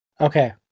Okay